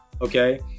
Okay